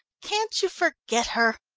can't you forget her?